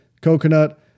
Coconut